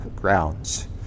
Grounds